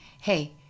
Hey